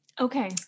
Okay